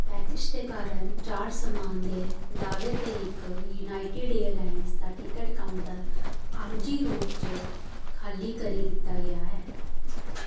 package दे कारण चार समान दे दाह्वे ते इक यूनाइटेड एयरलाइंस दा टिकट काउंटर आरजी रूप च खा'ल्ली करी दित्ता गेआ हा